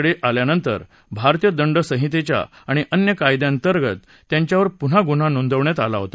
कडे आल्यानंतर भारतीय दंड संहितेच्या आणि अन्य कायद्यांतर्गत त्यांच्यावर पुन्हा गुन्हा नोंदवण्यात आला होता